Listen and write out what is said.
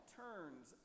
turns